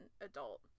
adult